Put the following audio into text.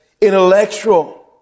intellectual